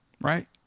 Right